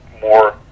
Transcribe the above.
more